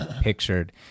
pictured